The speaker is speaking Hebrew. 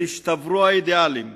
ונשתברו האידיאלים,